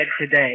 today